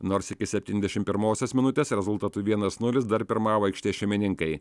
nors iki septyndešim pirmosios minutės rezultatu vienas nulis dar pirmavo aikštės šeimininkai